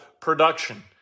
production